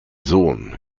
sohn